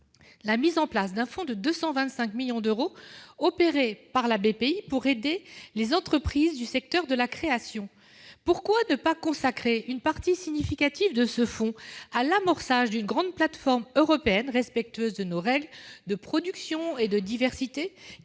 la mise en place d'un fonds de 225 millions d'euros, opéré par Bpifrance et destiné à aider les entreprises du secteur de la création. Pourquoi ne pas consacrer une partie significative de ce fonds à l'amorçage d'une grande plateforme européenne, respectueuse de nos règles en matière de production et de diversité ?